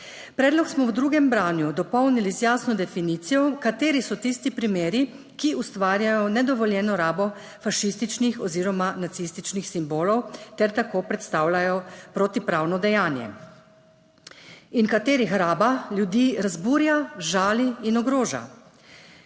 Predlog smo v drugem branju dopolnili z jasno definicijo, kateri so tisti primeri, ki ustvarjajo nedovoljeno rabo fašističnih oziroma nacističnih simbolov ter tako predstavljajo protipravno dejanje in katerih raba ljudi razburja, žali in ogroža.